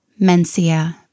Mencia